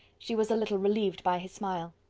she was a little relieved by his smile.